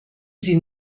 sie